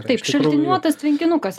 taip šaltiniuotas tvenkinukas